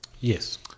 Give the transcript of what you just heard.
Yes